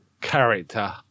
character